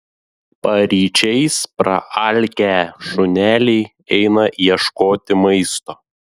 paryčiais praalkę šuneliai eina ieškoti maisto